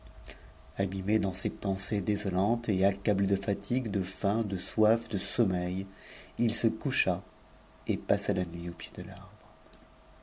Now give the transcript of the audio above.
abîmé dans ces pensées désolantes et accable de fatigue de faj j soir de sommeil il se coucha et passa la nuit au pied de